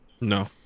No